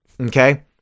Okay